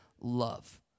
love